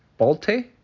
Bolte